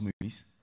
movies